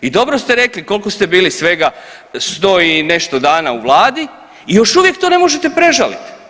I dobro ste rekli koliko ste bili, svega 100 i nešto dana u Vladi i još uvijek to ne možete prežaliti.